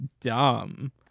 dumb